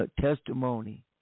testimony